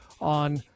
on